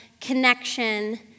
connection